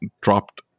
dropped